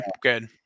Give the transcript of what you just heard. Good